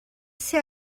ser